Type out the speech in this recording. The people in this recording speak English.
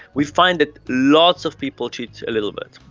we find that lots of people cheat a little bit.